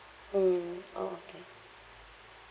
mm orh okay